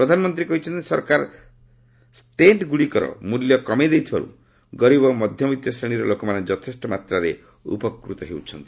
ପ୍ରଧାନମନ୍ତ୍ରୀ କହିଛନ୍ତି ସରକାର ଷ୍ଟେଣ୍ଟ୍ଗୁଡ଼ିକର ମୂଲ୍ୟ କମେଇ ଦେଇଥିବାରୁ ଗରିବ ଓ ମଧ୍ୟବିତ ଶ୍ରେଣୀର ଲୋକମାନେ ଯଥେଷ୍ଟ ମାତ୍ରାରେ ଉପକୃତ ହେଉଛନ୍ତି